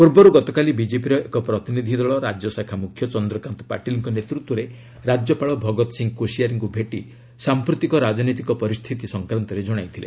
ପୂର୍ବରୁ ଗତକାଲି ବିଜେପିର ଏକ ପ୍ରତିନିଧି ଦଳ ରାଜ୍ୟଶାଖା ମୁଖ୍ୟ ଚନ୍ଦ୍ରକାନ୍ତ ପାଟିଲଙ୍କ ନେତୃତ୍ୱରେ ରାଜ୍ୟପାଳ ଭଗତ ସିଂ କୋଶିଆରୀଙ୍କୁ ଭେଟି ସାଂପ୍ରତିକ ରାଜନୈତିକ ପରିସ୍ଥିତି ସଂକ୍ରାନ୍ତରେ ଜଣାଇଥିଲେ